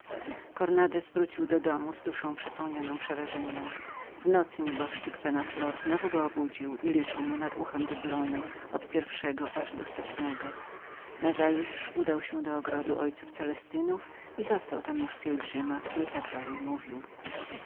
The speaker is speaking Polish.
cornandez wrócił do domu z duszą przepełnioną nowym przestrachem w nocy nieboszczyk penna flor znowu go obudził i liczył mu nad uchem dublony od pierwszego aż do setnego nazajutrz udał się do ogrodu oo celestynów i zastał tam już pielgrzyma który tak dalej mówił